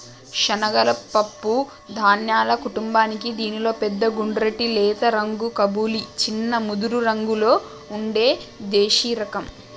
శనగలు పప్పు ధాన్యాల కుటుంబానికీ దీనిలో పెద్ద గుండ్రటి లేత రంగు కబూలి, చిన్న ముదురురంగులో ఉండే దేశిరకం